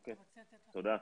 אוקיי, תודה,